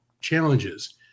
challenges